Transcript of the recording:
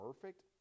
perfect